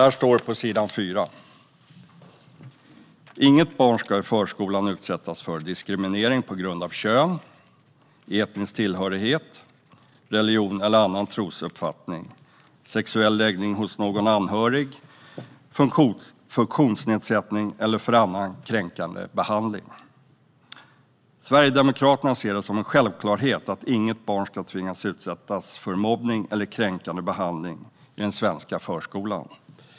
På s. 4 står det: Inget barn ska i förskolan utsättas för diskriminering på grund av kön, etnisk tillhörighet, religion eller annan trosuppfattning, sexuell läggning hos någon anhörig, funktionsnedsättning eller för annan kränkande behandling. Sverigedemokraterna ser det som en självklarhet att inget barn ska tvingas utsättas för mobbning eller kränkande behandling i den svenska förskolan.